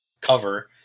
cover